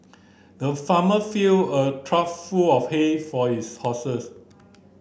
the farmer filled a trough full of hay for his horses